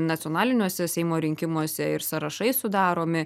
nacionaliniuose seimo rinkimuose ir sąrašai sudaromi